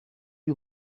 you